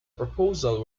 proposal